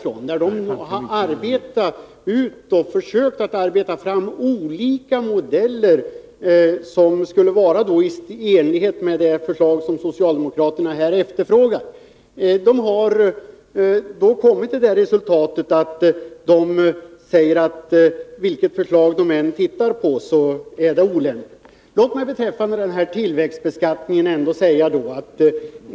Man har försökt arbeta fram olika modeller som skulle motsvara det som socialdemokraterna efterlyst. Man har kommit till det resultatet att vilket förslag man än väljer, så är det olämpligt. Låt mig beträffande tillväxtbeskattningen säga följande.